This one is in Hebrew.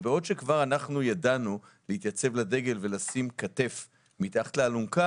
בעוד שאנחנו ידענו להתייצב לדגל ולשים כתף מתחת לאלונקה